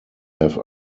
have